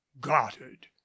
Goddard